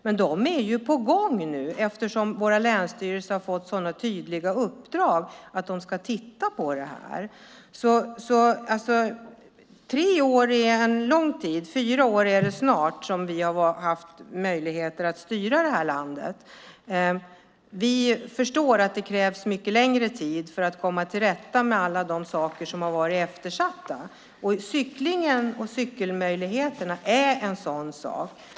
Men de är på gång nu, eftersom våra länsstyrelser har fått så tydliga uppdrag att titta på det här. Tre år är en lång tid. Fyra år har vi snart haft möjlighet att styra landet. Vi förstår att det krävs mycket längre tid för att komma till rätta med alla de saker som har varit eftersatta. Cyklingen och cykelmöjligheterna är en sådan sak.